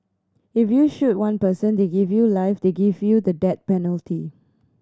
if you shoot one person they give you life they give you the death penalty